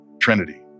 Trinity